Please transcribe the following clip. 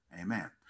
Amen